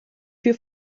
für